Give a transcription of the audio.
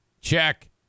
Check